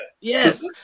Yes